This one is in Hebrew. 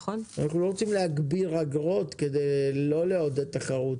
אנחנו לא רוצים להגביר אגרות כדי לא לעודד תחרות